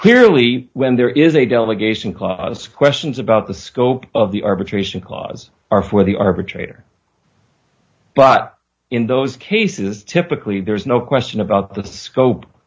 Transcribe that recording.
clearly when there is a delegation cause questions about the scope of the arbitration clause are for the arbitrator but in those cases typically there is no question about the scope